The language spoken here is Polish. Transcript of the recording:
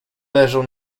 leżą